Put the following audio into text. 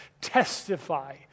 testify